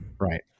Right